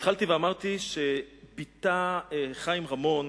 התחלתי ואמרתי שחיים רמון